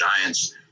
giants